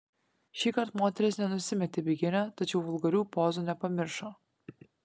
šįkart moteris nenusimetė bikinio tačiau vulgarių pozų nepamiršo